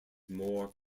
more